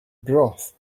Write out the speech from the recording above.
broth